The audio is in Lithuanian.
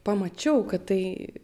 pamačiau kad tai